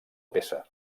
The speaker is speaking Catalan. peça